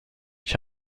ich